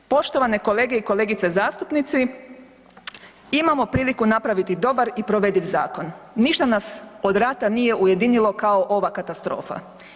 Poštovane kolege i kolegice zastupnici imamo priliku napraviti dobar i provediv zakon, ništa nas od rata nije ujedinilo kao ova katastrofa.